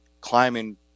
climbing